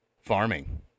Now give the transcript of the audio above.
farming